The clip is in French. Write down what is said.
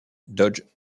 dodge